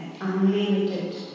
unlimited